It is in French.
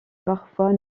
parfois